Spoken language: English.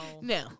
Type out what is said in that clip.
No